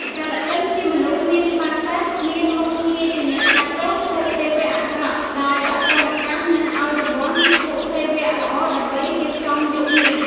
កល្កិនជាមនុស្សមានក្បាលសេះ មានមុខងារជាអ្នកកាត់ទោសពួកសភាវៈអាក្រក់ ដោយដាក់ទណ្ឌកម្ម និងឱ្យរង្វាន់ពួកសភាវៈល្អដើម្បីរៀបចំយុគមាស។